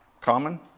Common